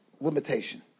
limitation